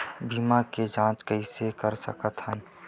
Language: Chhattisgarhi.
बीमा के जांच कइसे कर सकत हन?